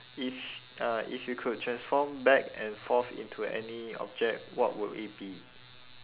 if uh if you could transform back and forth into any object what will it be